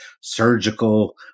surgical